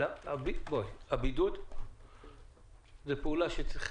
- הבידוד זה פעולה שצריך